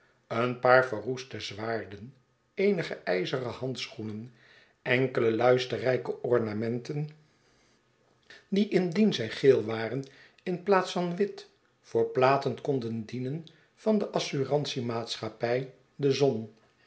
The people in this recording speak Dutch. een paar verroeste zwaarden eenige ijzeren handschoenen enkele luisterrijke ornamenten die indien zij geel waren in plaats van wit voor platen konden dienen van de assurantiemaatschappij de zon